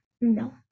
no